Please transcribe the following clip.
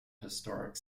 historic